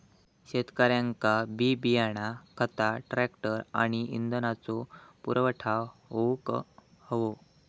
शेतकऱ्यांका बी बियाणा खता ट्रॅक्टर आणि इंधनाचो पुरवठा होऊक हवो